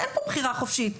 אין פה בחירה חופשית.